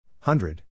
Hundred